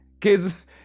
Kids